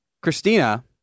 Christina